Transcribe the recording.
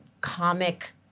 comic